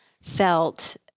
felt